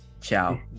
Ciao